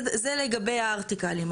וזה, זה לגבי הארטיקלים.